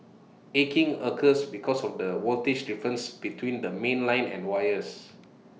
arcing occurs because of the voltage difference between the mainline and wires